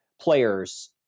players